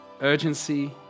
urgency